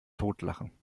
totlachen